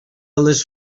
les